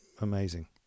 amazing